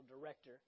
director